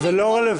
זה לא רלוונטי.